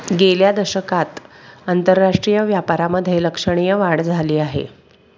गेल्या दशकात आंतरराष्ट्रीय व्यापारामधे लक्षणीय वाढ झाली आहे